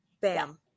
bam